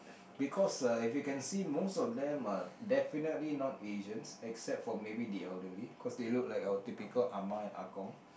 because uh if you can see most of them are definitely not Asians except for maybe the elderly cause they look like our typical ah ma and ah gong